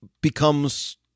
becomes